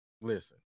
Listen